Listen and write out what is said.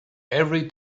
every